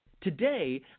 Today